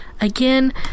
Again